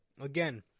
Again